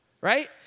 Right